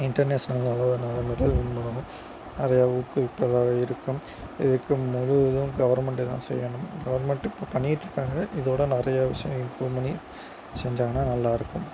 international அளவில் நிறைய medal win பண்ணனும் நிறைய ஊக்குவிப்பதாக இருக்கும் இதற்கு முழுவதும் கவர்ன்மெண்டே தான் செய்யணும் கவர்ன்மெண்ட் இப்போ பண்ணிட்டு இருக்காங்க இதோடய நிறைய விஷயங்கள் இம்ப்ரூவ் பண்ணி செஞ்சாங்கன்னால் நல்லாயிருக்கும்